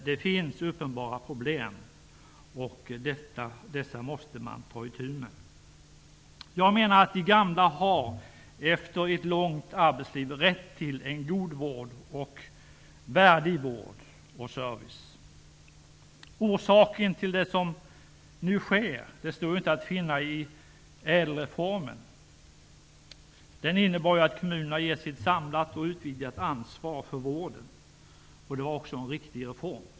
Det finns uppenbara problem, och dessa måste vi ta itu med. De gamla har rätt till en god och värdig vård och service efter ett långt arbetsliv. Orsaken till det som nu sker står inte att finna i ÄDEL-reformen. Den innebär ju att kommunerna ges ett samlat och utvidgat ansvar för vården. Det var också en riktig reform.